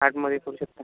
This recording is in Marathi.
आर्टमध्येही करू शकता